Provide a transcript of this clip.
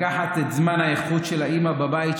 לקחת את זמן האיכות של האימא בבית,